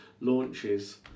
launches